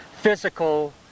physical